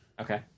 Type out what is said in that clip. Okay